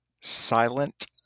Silent